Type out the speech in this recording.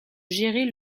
gérer